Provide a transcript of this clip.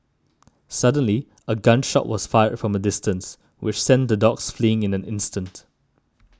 suddenly a gun shot was fired from a distance which sent the dogs fleeing in an instant